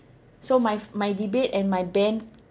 so my my debate and my band